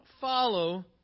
follow